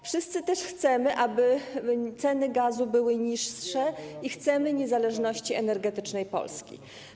Wszyscy też chcemy, aby ceny gazu były niższe i chcemy niezależności energetycznej Polski.